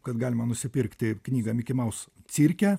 kad galima nusipirkti knygą miki maus cirke